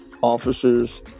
officers